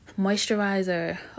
moisturizer